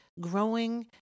growing